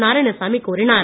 நாராயணசாமி கூறினார்